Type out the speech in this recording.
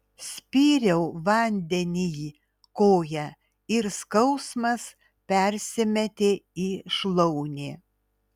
spyriau vandenyj koja ir skausmas persimetė į šlaunį